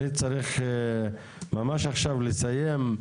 אני צריך ממש עכשיו לסיים.